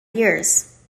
years